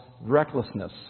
recklessness